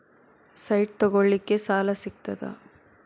Site ತಗೋಳಿಕ್ಕೆ ಸಾಲಾ ಸಿಗ್ತದಾ?